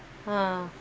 ah